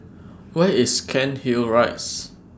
Where IS Cairnhill Rise